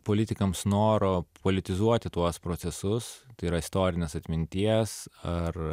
politikams noro politizuoti tuos procesus tai yra istorinės atminties ar